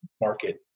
market